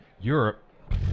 Europe